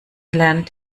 lernt